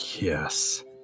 Yes